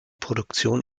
produktion